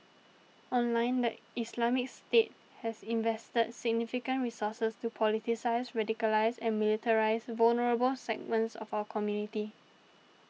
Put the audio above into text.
online the Islamic State has invested significant resources to politicise radicalise and militarise vulnerable segments of our community